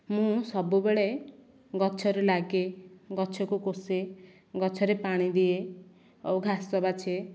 ମୁଁ ସବୁବେଳେ ଗଛରେ ଲାଗେ ଗଛକୁ କୋସେ ଗଛରେ ପାଣି ଦିଏ ଓ ଘାସ ବାଛେ